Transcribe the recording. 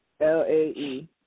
L-A-E